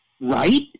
Right